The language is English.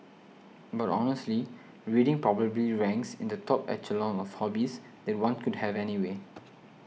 but honestly reading probably ranks in the top echelon of hobbies that one could have anyway